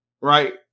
right